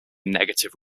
negative